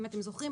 אם אתם זוכרים,